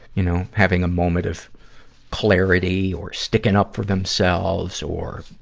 you know, having a moment of clarity or sticking up for themselves or,